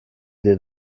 dir